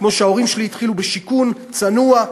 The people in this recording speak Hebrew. כמו שההורים שלי התחילו בשיכון צנוע,